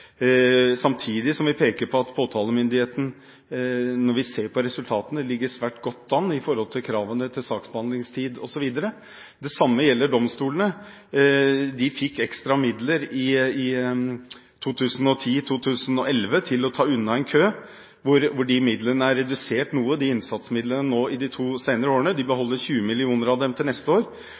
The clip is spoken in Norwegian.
samtidig som vi peker på at påtalemyndighetene – når vi ser på resultatene – ligger svært godt an når det gjelder kravene til saksbehandlingstid osv. Det samme gjelder domstolene. De fikk ekstra midler i 2010–2011 for å ta unna en kø, og de innsatsmidlene er redusert noe de to siste årene – de beholder 20 mill. kr av dem til neste år.